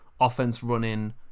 offense-running